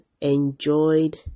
enjoyed